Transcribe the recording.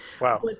Wow